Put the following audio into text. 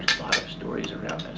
stories around this.